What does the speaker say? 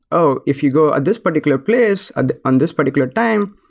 oh, if you go at this particular place and on this particular time,